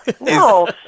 No